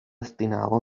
destinado